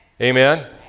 amen